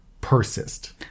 persist